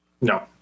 No